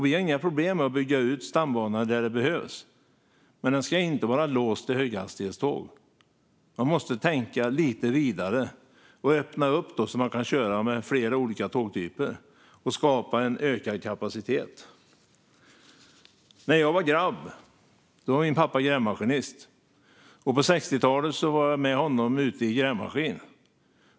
Vi har inga problem med att bygga ut stambanor där det behövs, men det ska inte vara låst till höghastighetståg. Man måste tänka lite vidare och öppna upp så att man kan köra med flera olika tågtyper och skapa ökad kapacitet. När jag var grabb var min pappa grävmaskinist, och på 60-talet var jag med honom ute i grävmaskinen.